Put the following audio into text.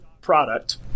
product